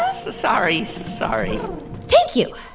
ah so sorry, sorry thank you.